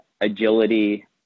agility